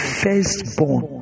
firstborn